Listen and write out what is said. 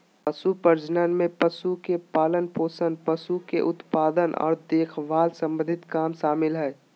पशु प्रजनन में पशु के पालनपोषण, पशु के उत्पादन आर देखभाल सम्बंधी काम शामिल हय